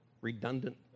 redundant